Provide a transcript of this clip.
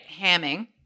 hamming